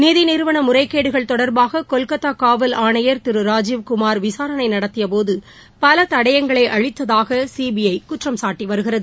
நிதிநிறவனமுறைகேடுகள் தொடர்பாககொல்கத்தாகாவல் ஆணையர் திருராஜிவ்குமார் விசாரணைநடத்தியபோது பலதடயங்களை அழித்ததாகசிபிறகுற்றம்சாட்டிவருகிறது